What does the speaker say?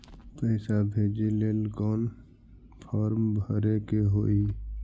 पैसा भेजे लेल कौन फार्म भरे के होई?